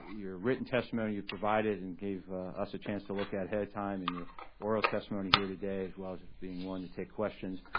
your written testimony you provided and gave us a chance to look at ahead of time, and your oral testimony here today, as well as being willing to take questions.